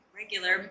regular